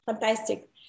Fantastic